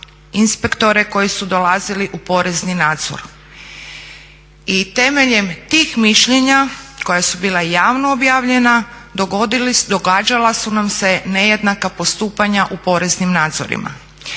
inspektore koji su dolazili u porezni nadzor. I temeljem tih mišljenja koja su bila javno objavljena događala su nam se nejednaka postupanja u poreznim nadzorima.